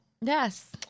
yes